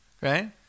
Right